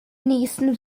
nächsten